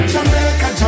Jamaica